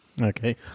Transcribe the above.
Okay